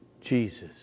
Jesus